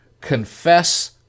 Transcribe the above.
confess